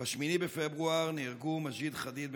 ב-8 בפברואר נהרגו מג'יד חדיד,